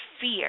fear